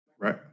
Right